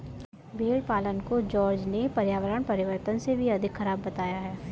भेड़ पालन को जॉर्ज ने पर्यावरण परिवर्तन से भी अधिक खराब बताया है